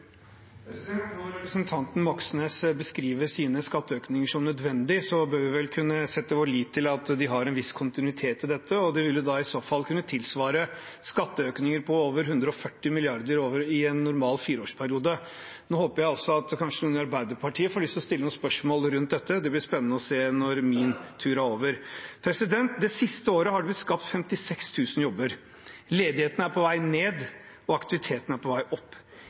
Når representanten Moxnes beskriver sine skatteøkninger som nødvendig, bør vi vel kunne sette vår lit til at de har en viss kontinuitet i dette. Da vil det i så fall kunne tilsvare skatteøkninger på over 140 mrd. kr i en normal fireårsperiode. Jeg håper at kanskje noen i Arbeiderpartiet får lyst til å stille noen spørsmål rundt dette. Det blir spennende å se når min tur er over. Det siste året har det blitt skapt 56 000 jobber. Ledigheten er på vei ned, og aktiviteten er på vei opp.